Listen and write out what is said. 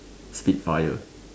spit fire